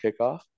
kickoff